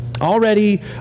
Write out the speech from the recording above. already